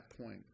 point